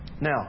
Now